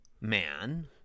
man